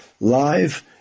live